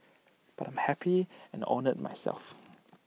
but I'm happy and honoured myself